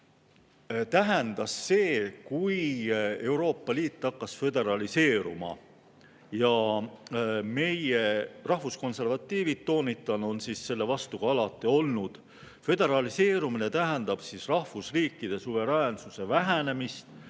tähendas see, kui Euroopa Liit hakkas föderaliseeruma, ja meie rahvuskonservatiivid, toonitan, on alati selle vastu olnud. Föderaliseerumine tähendab rahvusriikide suveräänsuse vähenemist